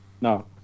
No